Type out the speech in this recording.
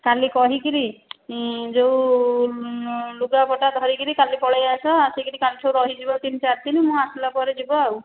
କାଲି କହିକି ଯେଉଁ ଲୁଗାପଟା ଧରିକି କାଲି ପଳେଇ ଆସ ଆସିକି କାଲିଠୁ ରହିଯିବ ତିନି ଚାରି ଦିନ ମୁଁ ଆସିଲା ପରେ ଯିବ ଆଉ